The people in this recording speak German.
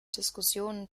diskussionen